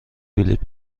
بلیت